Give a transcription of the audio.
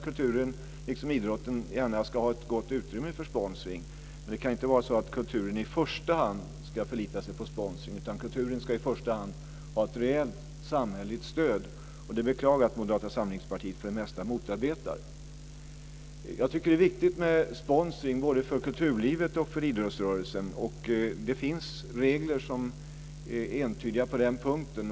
Kulturen, liksom idrotten, ska gärna ha, tycker jag, ett gott utrymme för sponsring men det kan inte vara så att kulturen i första hand ska förlita sig på sponsring. Kulturen ska i stället i första hand ha ett reellt samhälleligt stöd. Jag beklagar att Moderata samlingspartiet för det mesta motarbetar det. Jag tycker att det är viktigt med sponsring både för kulturlivet och för idrottsrörelsen. Det finns entydiga regler på den punkten.